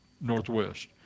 Northwest